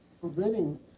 preventing